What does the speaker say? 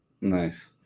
Nice